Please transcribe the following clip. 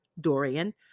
Dorian